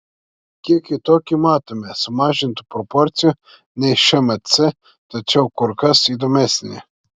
kiek kitokį matome sumažintų proporcijų nei šmc tačiau kur kas įdomesnį